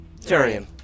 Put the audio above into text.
Tyrion